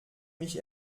mich